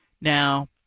Now